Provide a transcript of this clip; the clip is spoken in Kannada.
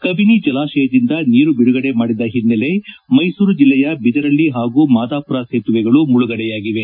ಕಜನಿ ಜಲಾಶಯದಿಂದ ನೀರು ಬಿಡುಗಡೆ ಮಾಡಿದ ಹಿನ್ನೆಲೆ ಮೈಸೂರು ಜಿಲ್ಲೆಯ ಬಿದರಳ್ಳಿ ಪಾಗೂ ಮಾದಾಪುರ ಸೇತುವೆಗಳು ಮುಳುಗಡೆಯಾಗಿವೆ